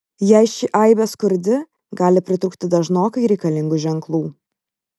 jei ši aibė skurdi gali pritrūkti dažnokai reikalingų ženklų